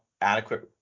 adequate